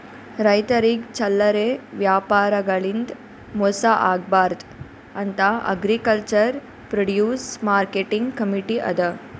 ರೈತರಿಗ್ ಚಲ್ಲರೆ ವ್ಯಾಪಾರಿಗಳಿಂದ್ ಮೋಸ ಆಗ್ಬಾರ್ದ್ ಅಂತಾ ಅಗ್ರಿಕಲ್ಚರ್ ಪ್ರೊಡ್ಯೂಸ್ ಮಾರ್ಕೆಟಿಂಗ್ ಕಮೀಟಿ ಅದಾ